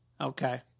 Okay